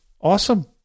awesome